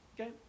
okay